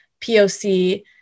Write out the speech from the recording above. POC